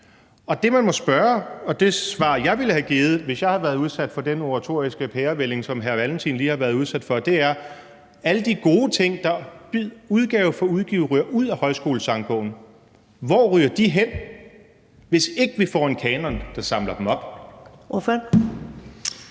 Det, man må spørge om, og hvad jeg ville have givet som svar, hvis jeg havde været udsat for den oratoriske pærevælling, som hr. Kim Valentin lige har været udsat for, er, hvor alle de gode ting, der udgave for udgave ryger ud af Højskolesangbogen, ryger hen, hvis ikke vi får en kanon, der samler dem op.